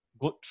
good